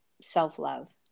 self-love